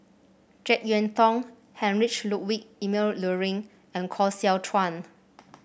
JeK Yeun Thong Heinrich Ludwig Emil Luering and Koh Seow Chuan